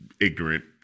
ignorant